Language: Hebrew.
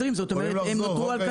לחזור.